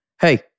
Hey